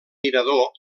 mirador